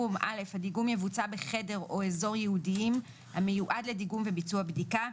יבוצע בחדר או אזור ייעודיים המיועד לדיגום וביצוע בדיקה,